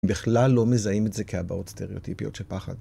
בכלל לא מזהים את זה כהבעות סטריאוטיפיות של פחד.